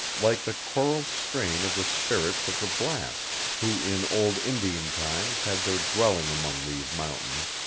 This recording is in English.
like the choral strain of the spirits of the blast, who in old indian times had their dwelling among these mountains,